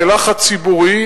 ללחץ ציבורי,